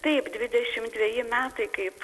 taip dvidešimt dveji metai kaip